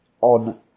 on